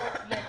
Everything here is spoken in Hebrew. לא אפנה,